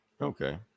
okay